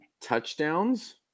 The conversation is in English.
touchdowns